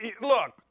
look